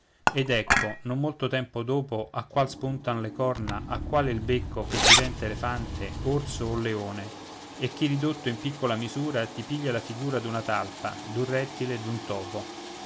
ed ecco non molto tempo dopo a qual spuntan le corna a quale il becco chi diventa elefante orso o leone e chi ridotto in picciola misura ti piglia la figura d'una talpa d'un rettile d'un topo